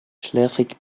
schläfrig